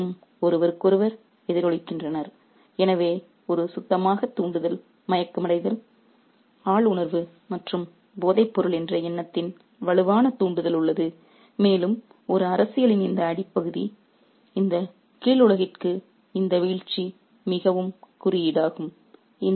இவை அனைத்தும் ஒருவருக்கொருவர் எதிரொலிக்கின்றன எனவே ஒரு சுத்தமாக தூண்டுதல் மயக்கமடைதல் ஆழ் உணர்வு மற்றும் போதைப்பொருள் என்ற எண்ணத்தின் வலுவான தூண்டுதல் உள்ளது மேலும் ஒரு அரசியலின் இந்த அடிப்பகுதி இந்த கீழ் உலகத்திற்கு இந்த வீழ்ச்சி மிகவும் மிகவும் குறியீடாகும்